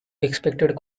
expected